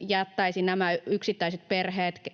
jättäisi nämä yksittäiset perheet